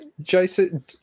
Jason –